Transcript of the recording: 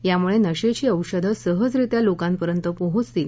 यामुळे नशेची औषधं सहजरित्या लोकांपर्यंत पोहोचतील